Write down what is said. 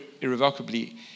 irrevocably